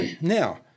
Now